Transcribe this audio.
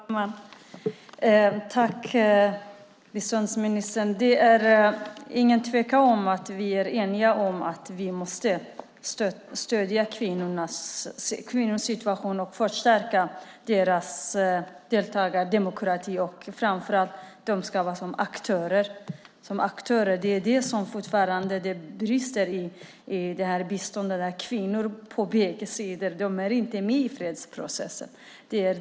Fru talman! Jag tackar biståndsministern. Det är ingen tvekan om att vi är eniga om att vi måste stödja kvinnorna och förstärka deras deltagande i demokratin. Framför allt ska de vara aktörer. Det är där det fortfarande brister i biståndet. Kvinnor på bägge sidor är inte med i fredsprocessen.